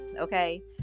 okay